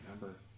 remember